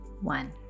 one